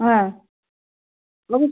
হ্যাঁ